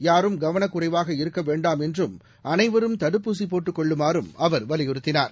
யாரும் கவனக்குறைவாக இருக்கவேண்டாம் என்றும் அனைவரும் தடுப்பூசிபோட்டுக் கொள்ளுமாறும் அவர் வலியுறுத்தினார்